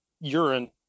urine